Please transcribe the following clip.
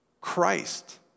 Christ